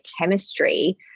chemistry